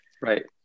right